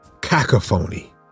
Cacophony